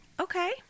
Okay